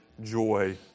joy